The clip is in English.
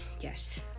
yes